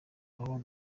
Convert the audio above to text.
aho